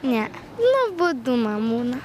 ne nuobodu man būna